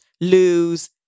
lose